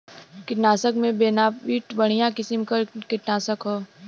कीटनाशक में बोनाइट बढ़िया किसिम क कीटनाशक हौ